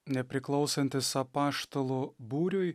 nepriklausantis apaštalų būriui